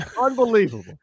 Unbelievable